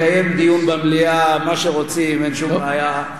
לקיים דיון במליאה, מה שרוצים, אין שום בעיה.